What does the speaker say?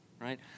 right